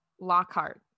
Lockhart